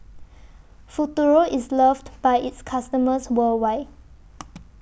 Futuro IS loved By its customers worldwide